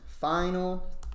Final